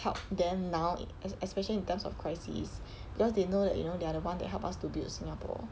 help them now es~ especially in times of crisis because they know that you know they are the ones that help us to build singapore